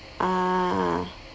ah